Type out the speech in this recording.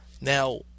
now